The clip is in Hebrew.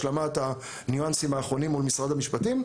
השלמת הניואנסים האחרונים מול משרד המשפטים,